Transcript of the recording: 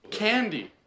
candy